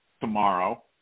tomorrow